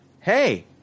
hey